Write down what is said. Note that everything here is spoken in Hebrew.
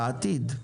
בעתיד,